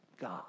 God